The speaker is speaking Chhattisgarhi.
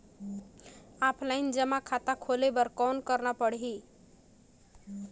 ऑफलाइन जमा खाता खोले बर कौन करना पड़ही?